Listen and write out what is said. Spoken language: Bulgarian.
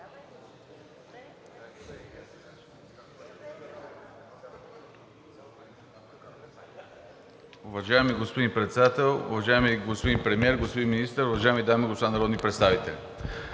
Уважаеми господин Председател, уважаеми господин Премиер, господин Министър, уважаеми дами и господа народни представители!